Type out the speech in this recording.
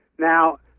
Now